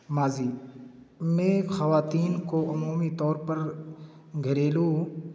ماضی میں خواتین کو عمومی طور پر گھریلو